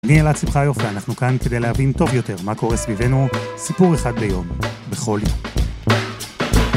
אני אלעד סימחיוב. אנחנו כאן כדי להבין טוב יותר מה קורה סביבנו. סיפור אחד ביום, בכל יום.